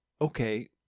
okay